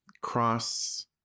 cross